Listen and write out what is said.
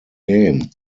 game